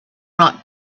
rock